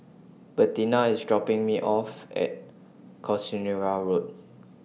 Bettina IS dropping Me off At Casuarina Road